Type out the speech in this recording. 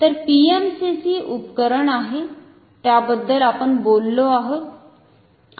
तर PMMC उपकरण आहे त्याबद्दल आपण बोललो आहोत